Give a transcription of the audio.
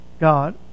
God